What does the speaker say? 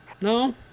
No